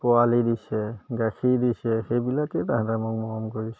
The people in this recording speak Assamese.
পোৱালি দিছে গাখীৰ দিছে সেইবিলাকেই তাহাঁতে মোক মৰম কৰিছে